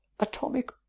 atomic